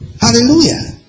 Hallelujah